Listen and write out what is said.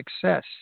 success